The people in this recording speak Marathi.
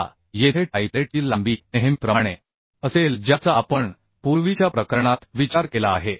आता येथे टाइपलेटची लांबी नेहमीप्रमाणे असेल ज्याचा आपण पूर्वीच्या प्रकरणात विचार केला आहे